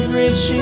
rich